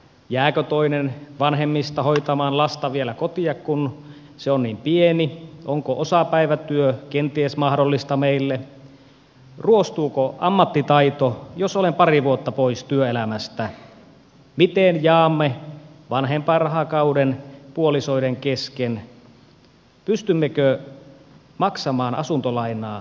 jääkö toinen vanhemmista hoitamaan lasta vielä kotiin kun se on niin pieni onko osapäivätyö kenties mahdollista meille ruostuuko ammattitaito jos olen pari vuotta pois työelämästä miten jaamme vanhempainrahakauden puolisoiden kesken pystymmekö maksamaan asuntolainaa ja niin edelleen